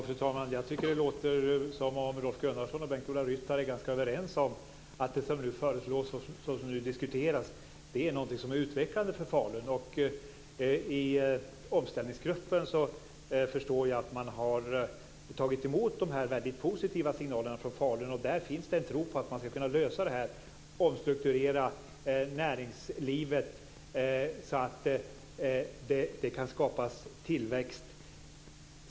Fru talman! Jag tycker att det låter som om Rolf Gunnarsson och Bengt-Ola Ryttar är ganska överens om att det som nu föreslås, det som nu diskuteras, är något som är utvecklande för Falun. I omställningsgruppen förstår jag att man har tagit emot de här väldigt positiva signalerna från Falun. Där finns det en tro på att man ska kunna lösa det här och omstrukturera näringslivet så att det kan skapas tillväxt.